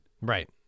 Right